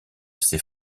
ces